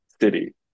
city